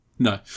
No